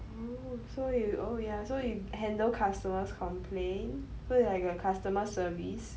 oh so you oh ya so you handle customers' complaint so you are like a customer service